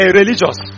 religious